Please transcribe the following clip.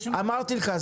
די,